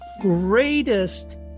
greatest